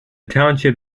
township